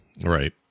Right